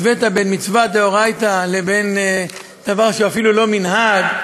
השווית בין מצווה דאורייתא לבין דבר שהוא אפילו לא מנהג.